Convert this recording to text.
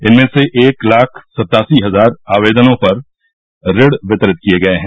इनमें से एक लाख सतासी हजार आवेदनों पर ऋण वितरित किए गए हैं